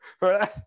right